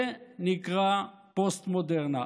זה נקרא פוסט-מודרנה.